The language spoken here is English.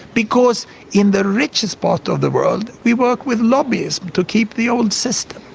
because in the richest parts of the world we work with lobbyists to keep the old system,